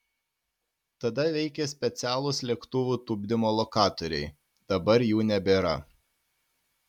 tada veikė specialūs lėktuvų tupdymo lokatoriai dabar jų nebėra